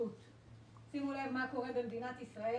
שימו לב מה קרה במדינת ישראל.